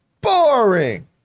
boring